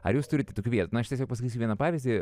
ar jūs turite tokių vietų na aš tiesiog pasakysiu vieną pavyzdį